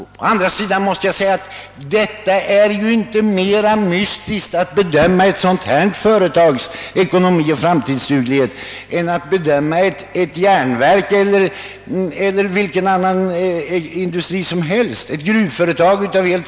Men å andra sidan måste jag säga att det inte är svårare att bedöma ett sådant här företags ekonomi och framtida bärighet än att bedöma ett järnverks eller ett vanligt gruvföretags.